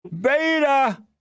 Beta